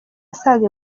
asaga